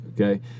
okay